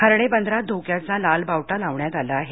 हर्णे बंदरात धोक्याचा लाल बावटा लावण्यात आला आहे